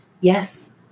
Yes